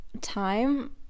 time